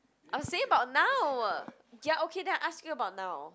I'm saying about now ya okay then I ask you about now